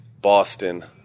Boston